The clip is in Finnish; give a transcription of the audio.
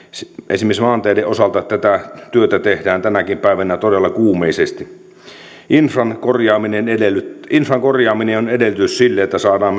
esimerkiksi maanteiden osalta tätä työtä tehdään tänäkin päivänä todella kuumeisesti infran korjaaminen infran korjaaminen on edellytys sille että saadaan